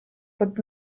but